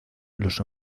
los